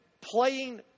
playing